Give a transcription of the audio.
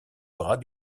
bras